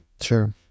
Sure